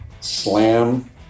slam